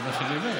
זה מה שאני אומר,